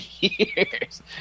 years